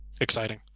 exciting